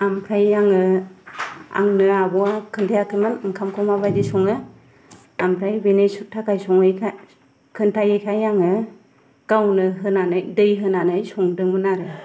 ओमफ्राय आङो आंनो आब'आ खोन्थायाखैमोन ओंखामखौ माबादि सङो ओमफ्राय बिनि थाखाय संनायखाय खोन्थायिखाय आङो गावनो होनानै दै होनानै संदोंमोन आरो